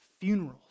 funerals